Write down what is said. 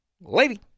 Lady